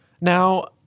Now